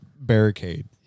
barricade